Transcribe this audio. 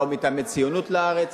באו מטעמי ציונות לארץ.